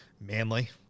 Manly